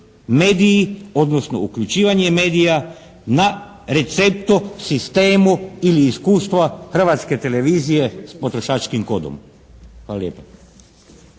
mediji odnosno uključivanje medija na receptu, sistemu ili iskustva Hrvatske televizije s potrošačkim kodom. Hvala lijepo.